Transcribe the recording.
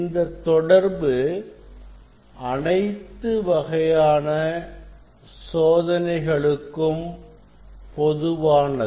இந்த தொடர்பு அனைத்து வகையான சோதனைகளுக்கும் பொதுவானது